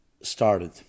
started